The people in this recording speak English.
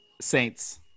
Saints